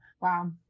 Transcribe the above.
Wow